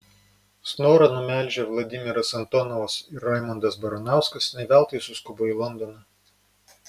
snorą numelžę vladimiras antonovas ir raimondas baranauskas ne veltui suskubo į londoną